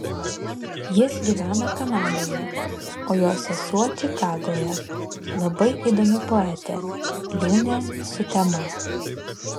jis gyvena kanadoje o jo sesuo čikagoje labai įdomi poetė liūnė sutema